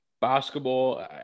basketball